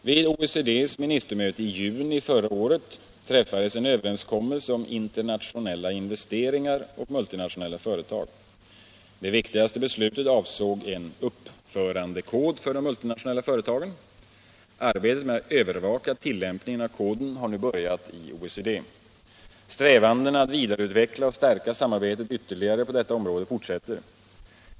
Vid OECD:s ministermöte i juni förra året träffades en överenskom melse om internationella investeringar och multinationella företag. Det viktigaste beslutet avsåg en uppförandekod för de multinationella företagen. Arbetet med att övervaka tillämpningen av koden har nu börjat i OECD. Strävandena att vidareutveckla och stärka samarbetet ytterligare på detta område fortsätter.